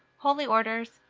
holy orders,